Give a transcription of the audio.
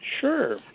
Sure